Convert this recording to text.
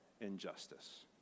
injustice